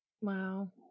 Wow